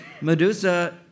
Medusa